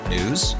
News